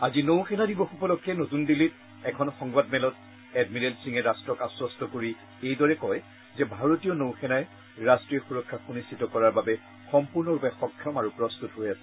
আজি নৌ সেনা দিৱস উপলক্ষে নতুন দিল্লীত এখন সংবাদমেলত এডমিৰেল সিঙে ৰাষ্ট্ৰক আশ্বস্ত কৰি কয় যে ভাৰতীয় নৌ সেনাই ৰাষ্ট্ৰীয় সুৰক্ষা সুনিশ্চিত কৰাৰ বাবে সম্পূৰ্ণভাৱে সক্ষম আৰু প্ৰস্তত হৈ আছে